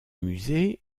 musée